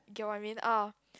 get what I mean ah